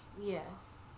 Yes